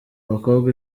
abakobwa